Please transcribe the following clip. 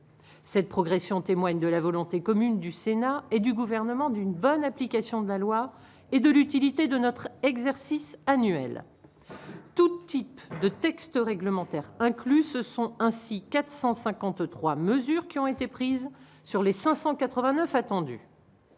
Cette progression témoigne de la volonté commune du Sénat et du gouvernement d'une bonne application de la loi et de l'utilité de notre exercice annuel tous types de textes réglementaires inclut ce sont ainsi 453 mesures qui ont été prises sur les 589 attendu